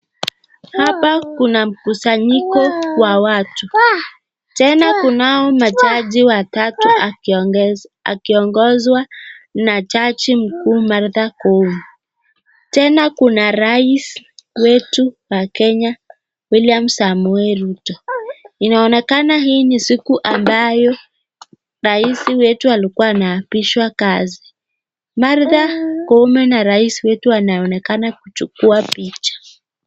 Hapa kuna mkusanyiko wa watu. Tena kunao majaji watatu akiongozwa na jaji mkuu Martha Koome. Tena kuna rais wetu wa Kenya, William Samoei Ruto. Inaonekana hii ni siku ambayo rais wetu alikuwa anaapishwa kazi. Martha Koome na rais wetu wanaonekana kuchukua picha.